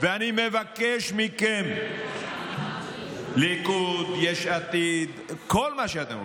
ואני מבקש מכם, ליכוד, יש עתיד, כל מי שאתם רוצים: